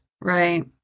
Right